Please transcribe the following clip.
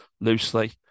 loosely